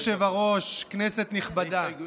אדוני היושב-ראש, כנסת נכבדה,